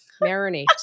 Marinate